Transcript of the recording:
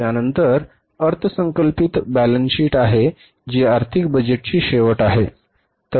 त्यानंतर अर्थसंकल्पित balance sheet आहे जी आर्थिक बजेटची शेवट असेल